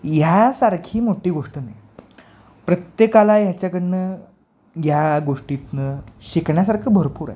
ह्यासारखी मोठी गोष्ट नाही प्रत्येकाला याच्याकडून या गोष्टीतून शिकण्यासारखं भरपूर आहे